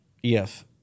Yes